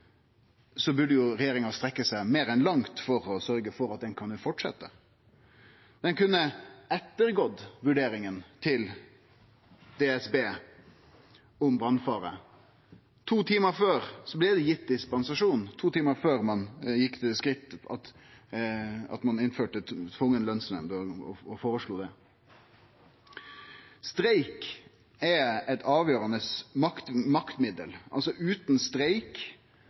regjeringa strekke seg meir enn langt for å sørge for at han kan fortsetje. Ein kunne ettergått vurderinga til DSB om brannfare. To timar før blei det gitt dispensasjon – to timar før ein gjekk til det skritt at ein innførte tvungen lønnsnemnd og foreslo det. Streik er eit avgjerande maktmiddel. Utan streik